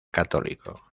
católico